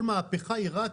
כל מהפכה היא רק